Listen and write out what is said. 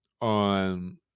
on